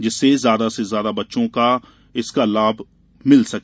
जिससे ज्यादा से ज्यादा बच्चों का इसका लाभ मिल सके